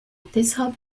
deshalb